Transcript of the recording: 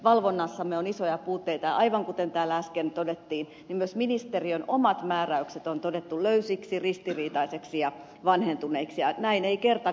valvonnassamme on isoja puutteita ja aivan kuten täällä äsken todettiin myös ministeriön omat määräykset on todettu löysiksi ristiriitaisiksi ja vanhentuneiksi ja näin ei kerta kaikkiaan saa olla